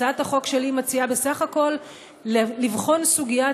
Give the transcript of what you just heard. הצעת החוק שלי מציעה בסך הכול לבחון סוגיית